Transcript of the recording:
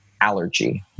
allergy